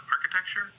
architecture